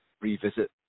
revisit